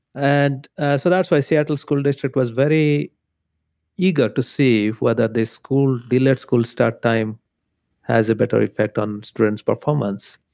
and so that's why seattle school district was very eager to see whether the school. delayed school start time has a better effect on students' performance